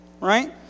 right